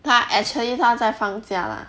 她 actually 她在放假 lah